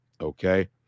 okay